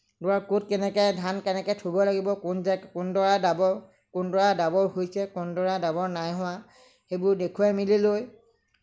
ক'ত কেনেকৈ ধান কেনেকৈ থব লাগিব কোন যে কোনডৰা দাব হৈছে কোনডৰা নাই হোৱা সেইবোৰ দেখুৱাই মেলি লৈ